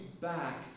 back